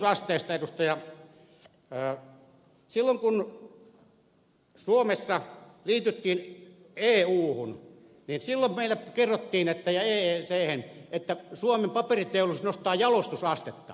silloin kun suomessa liityttiin euhun ja eechen meille kerrottiin että suomen paperiteollisuus nostaa jalostusastetta